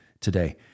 today